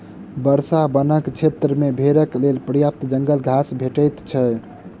वर्षा वनक क्षेत्र मे भेड़क लेल पर्याप्त जंगल घास भेटैत छै